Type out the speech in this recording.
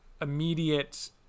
immediate